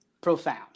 profound